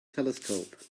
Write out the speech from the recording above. telescope